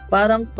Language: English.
Parang